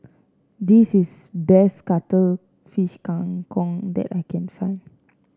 this is best Cuttlefish Kang Kong that I can find